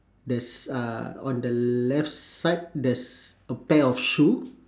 there's uh on the left side there's a pair of shoe